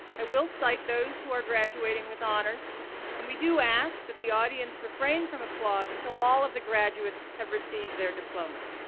i will cite those who are graduating with honors and we do ask that the audience refrain from applause until all of the graduates have received their diplomas.